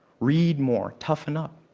read more. toughen up.